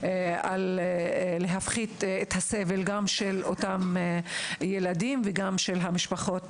ובהפחתת הסבל של אותם ילדים ושל המשפחות